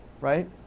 Right